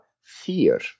fear